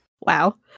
wow